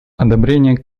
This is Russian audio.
одобрение